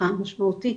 משמעותי.